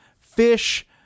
fish